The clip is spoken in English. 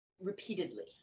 repeatedly